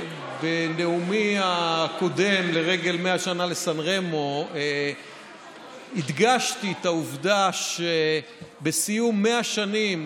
בנאומי הקודם לרגל 100 שנה לסן רמו הדגשתי את העובדה שבסיום 100 שנים,